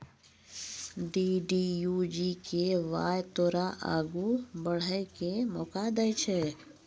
DDU GKY तोरा आगू बढ़ै के मौका दै छै